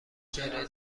چهره